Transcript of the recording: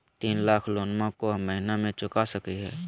तीन लाख लोनमा को महीना मे चुका सकी हय?